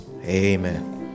Amen